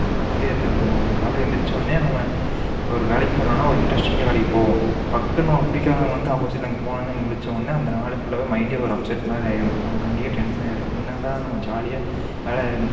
சொர்கம் மாதிரியே இருக்காது நம்ம ஒரு காலை எழுந்திரிச்ச உடனே நம்ம ஒரு வேலைக்கு போகிறோன்னா ஒரு இன்ட்ரெஸ்டிங்காக வேலைக்கு போவோம் டக்குனு நமக்கு பிடிக்காதவுங்க வந்த ஆப்போசிட்டில் அங்கே போன உடனே இங்கே முழித்த உடனே அந்த நாளே ஃபுல்லாகவே மைண்டே ஒரு அப்செட் மாதிரி ஆகிரும் நமக்கு அன்றைக்கே டென்ஷன் ஏறி என்ன தான் நம்ம ஜாலியாக வேலை